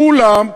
כולם,